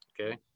okay